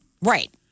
right